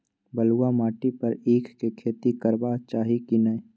बलुआ माटी पर ईख के खेती करबा चाही की नय?